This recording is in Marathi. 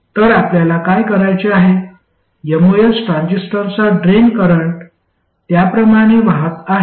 तर आपल्याला काय करायचे आहे एमओएस ट्रान्झिस्टरचा ड्रेन करंट त्याप्रमाणे वाहत आहे